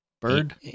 Bird